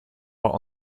hot